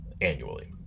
annually